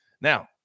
Now